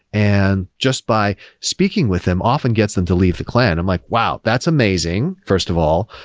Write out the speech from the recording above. and just by speaking with them often gets them to leave the clan. i'm like, wow! that's amazing, first of all,